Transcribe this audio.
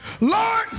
Lord